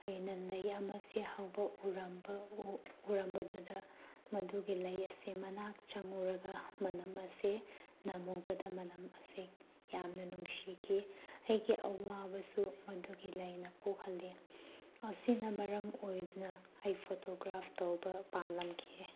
ꯑꯩꯅ ꯂꯩ ꯑꯃꯁꯤ ꯍꯧꯕ ꯎꯔꯝꯕꯗꯨꯗ ꯃꯗꯨꯒꯤ ꯂꯩ ꯑꯁꯦ ꯃꯅꯥꯛ ꯆꯪꯉꯨꯔꯒ ꯃꯅꯝ ꯑꯁꯦ ꯅꯝꯃꯨꯕꯗ ꯃꯅꯝ ꯑꯁꯦ ꯌꯥꯝꯅ ꯅꯨꯡꯁꯤꯈꯤ ꯑꯩꯒꯤ ꯑꯋꯥꯕꯁꯨ ꯑꯗꯨꯒꯤ ꯂꯩꯅ ꯀꯣꯛꯍꯜꯂꯤ ꯑꯁꯤꯅ ꯃꯔꯝ ꯑꯣꯏꯗꯨꯅ ꯑꯩ ꯐꯣꯇꯣꯒ꯭ꯔꯥꯐ ꯇꯧꯕ ꯄꯥꯝꯂꯝꯈꯤ